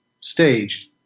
staged